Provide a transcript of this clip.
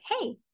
Hey